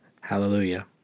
hallelujah